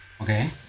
Okay